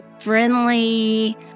friendly